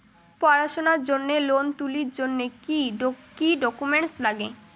পড়াশুনার জন্যে লোন তুলির জন্যে কি কি ডকুমেন্টস নাগে?